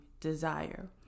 desire